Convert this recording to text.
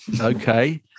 Okay